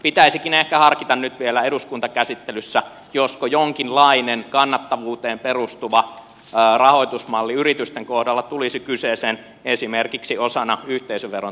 pitäisikin ehkä harkita nyt vielä eduskuntakäsittelyssä josko jonkinlainen kannattavuuteen perustuva rahoitusmalli yritysten kohdalla tulisi kyseeseen esimerkiksi osana yhteisöveron tuottoa